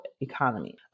economy